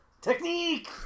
Technique